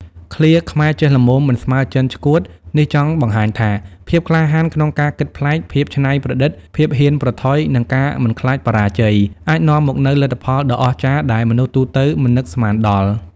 ឃ្លា ខ្មែរចេះល្មមមិនស្មេីចិនឆ្កួត នេះចង់បង្ហាញថា ភាពក្លាហានក្នុងការគិតប្លែក ភាពច្នៃប្រឌិត ភាពហ៊ានប្រថុយ និងការមិនខ្លាចបរាជ័យ អាចនាំមកនូវលទ្ធផលដ៏អស្ចារ្យដែលមនុស្សទូទៅមិននឹកស្មានដល់។